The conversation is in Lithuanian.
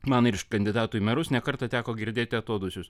man ir iš kandidatų į merus ne kartą teko girdėti atodūsius